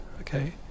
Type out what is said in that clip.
okay